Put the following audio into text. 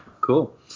cool